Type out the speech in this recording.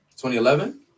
2011